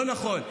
לא נכון.